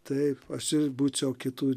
taip aš būčiau kitų